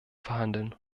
verhandeln